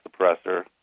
suppressor